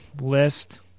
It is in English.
list